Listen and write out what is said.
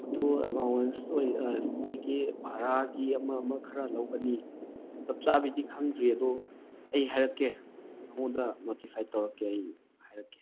ꯑꯗꯨ ꯑꯦꯂꯥꯎꯋꯦꯟꯁ ꯑꯣꯏ ꯃꯣꯏꯒꯤ ꯚꯔꯥꯒꯤ ꯑꯃ ꯑꯃ ꯈꯔ ꯂꯧꯒꯅꯤ ꯆꯞ ꯆꯥꯕꯤꯗꯤ ꯈꯪꯗ꯭ꯔꯤ ꯑꯗꯣ ꯑꯩ ꯍꯥꯏꯔꯛꯀꯦ ꯅꯪꯉꯣꯟꯗ ꯅꯣꯇꯤꯐꯥꯏꯠ ꯇꯧꯔꯛꯀꯦ ꯑꯩ ꯍꯥꯏꯔꯛꯀꯦ